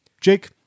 Jake